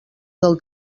del